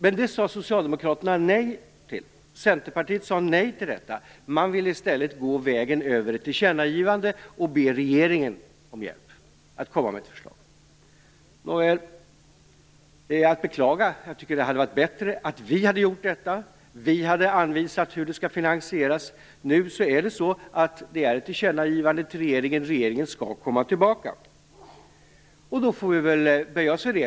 Men det sade Socialdemokraterna och Centerpartiet nej till. Man vill i stället gå vägen över ett tillkännagivande och be regeringen om hjälp att komma med ett förslag. Nåväl. Det är att beklaga. Det hade varit bättre att utskottet hade gjort detta och hade anvisat hur det skall finansieras. Nu är det ett tillkännagivande till regeringen, och regeringen skall komma tillbaka, och då får vi böja oss för det.